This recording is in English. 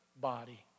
body